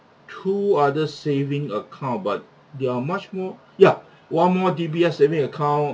two others saving account but they are much more ya one more D_B_S saving account